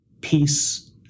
peace